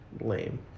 lame